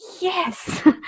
yes